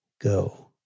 go